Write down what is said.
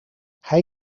hij